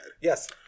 Yes